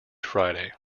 friday